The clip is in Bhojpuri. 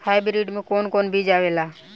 हाइब्रिड में कोवन कोवन बीज आवेला?